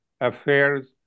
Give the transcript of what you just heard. affairs